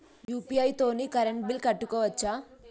UPI తోని current bill కట్టుకోవచ్ఛా?